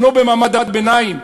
הם לא במעמד הביניים,